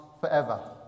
forever